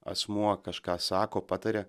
asmuo kažką sako pataria